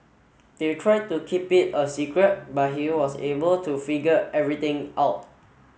they tried to keep it a secret but he was able to figure everything out